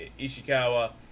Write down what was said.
Ishikawa